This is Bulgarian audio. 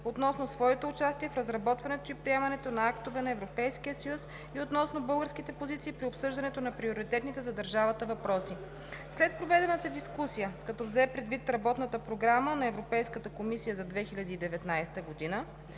относно своето участие в разработването и приемането на актове на Европейския съюз и относно българските позиции при обсъждането на приоритетните за държавата въпроси. След проведената дискусия, като взе предвид Работната програма на Европейската комисия за 2019 г. и